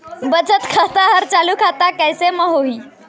बचत खाता हर चालू खाता कैसे म होही?